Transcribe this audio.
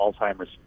Alzheimer's